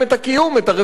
את הרווחים שלהם.